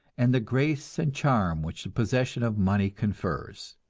and the grace and charm which the possession of money confers.